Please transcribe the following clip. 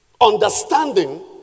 understanding